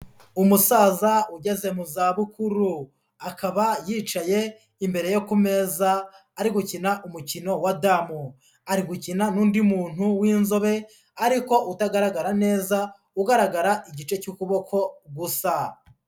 Umusaza ugeze mu zabukuru akaba yicaye imbere yo ku meza ari gukina umukino wa damu. Ari gukina n'undi muntu w'inzobe ariko utagaragara neza ugaragara igice cy'ukuboko gusa.